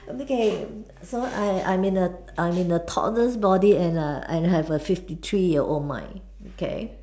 um okay so I I I'm in A I'm in a toddler's body and I have a fifty three mind okay